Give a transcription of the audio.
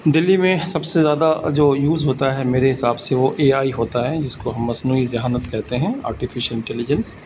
دہلی میں سب سے زیادہ جو یوز ہوتا ہے میرے حساب سے وہ اے آئی ہوتا ہے جس کو ہم مصنوعی ذہانت کہتے ہیں آرٹیفیشیل انٹیلیجنس